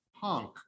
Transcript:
Punk